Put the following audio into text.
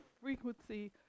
frequency